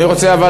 אני רוצה אבל,